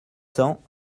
cents